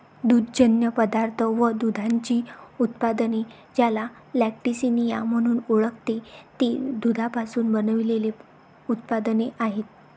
दुग्धजन्य पदार्थ व दुधाची उत्पादने, ज्याला लॅक्टिसिनिया म्हणून ओळखते, ते दुधापासून बनविलेले उत्पादने आहेत